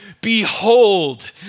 Behold